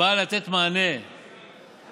באה לתת מענה בתוספת